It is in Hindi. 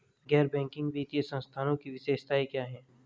गैर बैंकिंग वित्तीय संस्थानों की विशेषताएं क्या हैं?